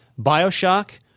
Bioshock